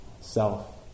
self